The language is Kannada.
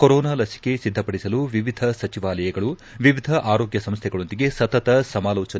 ಕೊರೋನಾ ಲಸಿಕೆ ಸಿದ್ದಪಡಿಸಲು ವಿವಿಧ ಸಚಿವಾಲಯಗಳು ವಿವಿಧ ಆರೋಗ್ಯ ಸಂಸ್ದೆಗಳೊಂದಿಗೆ ಸತತ ಸಮಾಲೋಚನೆ